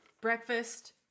breakfast